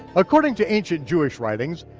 according to ancient jewish writings,